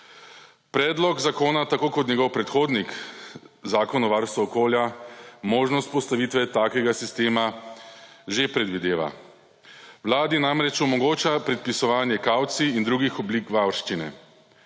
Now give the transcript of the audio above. Predlog zakona tako kot njegov predhodnik Zakon o varstvu okolja možnost postavitve takega sistema že predvideva. Vladi namreč omogoča predpisovanje kavcij in drugih oblik varščine.